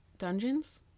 Dungeons